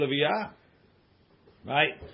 Right